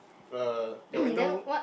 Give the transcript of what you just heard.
uh your window